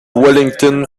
wellington